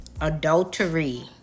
Adultery